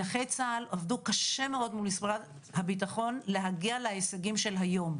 נכי צה"ל עבדו קשה מאוד מול משרד הביטחון להגיע להישגים של היום,